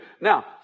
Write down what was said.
Now